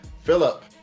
Philip